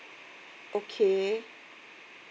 okay